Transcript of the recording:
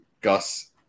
Gus